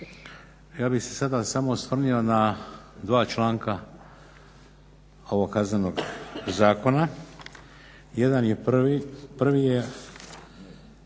Ja bih se sada samo osvrnuo na dva članka ovog kaznenog zakona. Prvi je